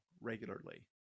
regularly